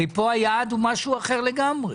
הרי כאן היעד הוא משהו אחר לגמרי.